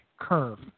curve